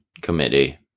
committee